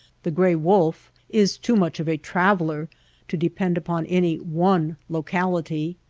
the gray wolf is too much of a traveler to depend upon any one locality.